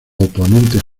oponentes